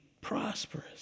prosperous